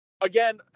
again